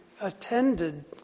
attended